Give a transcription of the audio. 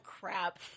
crap